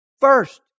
first